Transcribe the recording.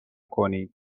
کنید